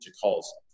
calls